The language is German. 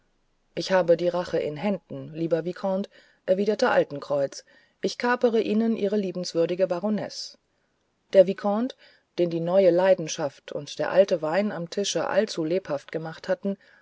ich habe die rache in händen lieber vicomte erwiderte altenkreuz ich kapere ihnen ihre liebenswürdige baronesse der vicomte den die neue leidenschaft und der alte wein am tische allzulebhaft gemacht hatten